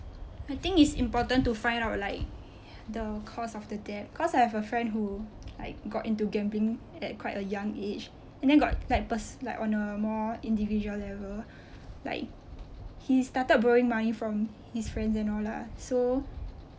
I think it's important to find out like the cause of the debt cause I have a friend who like got into gambling at quite a young age and then got like pers~ like on a more individual level like he started borrowing money from his friends and all lah so